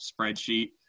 spreadsheet